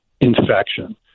infection